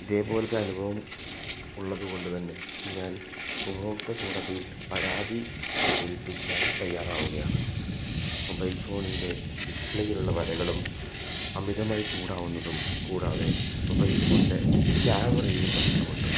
ഇതേ പോലത്തെ അനുഭവം ഉള്ളതു കൊണ്ടുതന്നെ ഞാൻ ഉപഭോക്തൃ കോടതിയിൽ പരാതി ഏല്പിക്കാൻ തയ്യാറാവുകയാണ് മൊബൈൽ ഫോണിൻ്റെ ഡിസ്പ്ലേയിലുള്ള വരകളും അമിതമായി ചൂടാകുന്നതും കൂടാതെ മൊബൈൽ ഫോണിൻ്റെ ക്യാമറയിലും പ്രശ്നമുണ്ട്